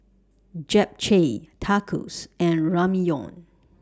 Japchae Tacos and Ramyeon